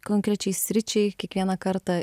konkrečiai sričiai kiekvieną kartą